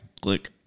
Click